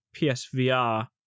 PSVR